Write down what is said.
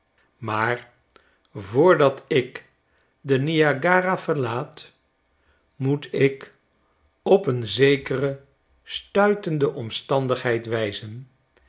i a g a r'a verlaat moet ik op een zekere stuitende omstandigheid wijzen